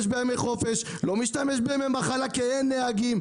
בימי חופש ובימי מחלה כי אין נהגים.